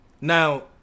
now